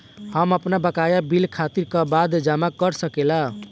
हम आपन बकाया बिल तारीख क बाद जमा कर सकेला?